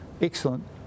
excellent